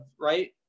right